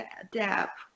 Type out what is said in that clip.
adapt